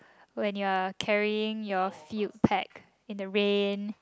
when you are carrying your fluid pack in the rain